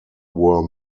were